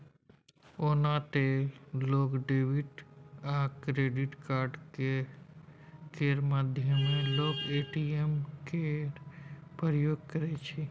ओना तए लोक डेबिट आ क्रेडिट कार्ड केर माध्यमे लोक ए.टी.एम केर प्रयोग करै छै